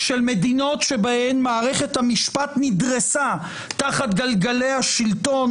של מדינות שבהן מערכת המפשט נדרסה תחת גלגלי השלטון,